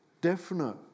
definite